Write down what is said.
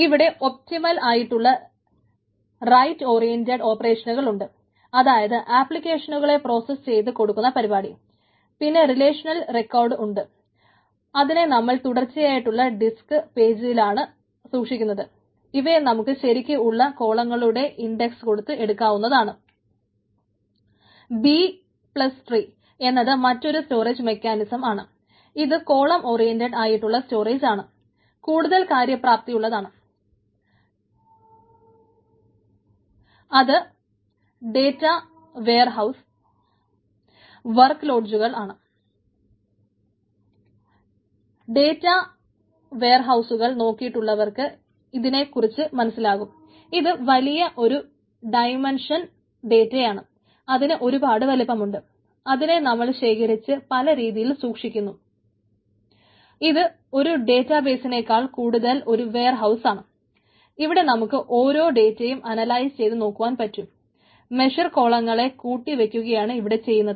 ഇവിടെ ഒപ്റ്റിമൽ ആയിട്ടുള്ള right oriented കൂട്ടി വയ്ക്കുകയാണ് ഇവിടെ ചെയ്യുന്നത്